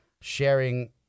sharing